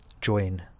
join